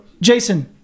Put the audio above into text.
Jason